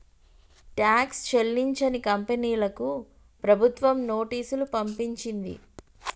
tax చెల్లించని కంపెనీలకు ప్రభుత్వం నోటీసులు పంపించింది